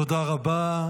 תודה רבה.